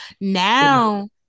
Now